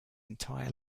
entire